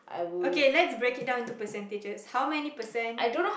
okay let's break it down into percentages how many percent